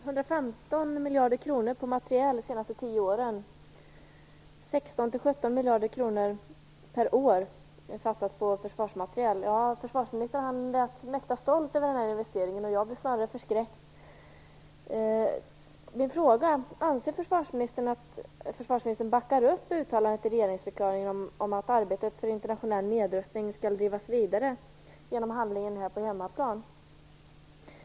Herr talman! På försvarsmateriel har det de senaste tio åren satsats 115 miljarder kronor. Det innebär 16-17 miljarder kronor per år. Försvarsministern lät mäkta stolt över den här investeringen, och jag blir snarare förskräckt. Min fråga är: Anser försvarsministern att han backar upp uttalandet i regeringsförklaringen om att arbetet för internationell nedrustning skall bedrivas vidare genom handling här på hemmaplan?